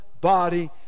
body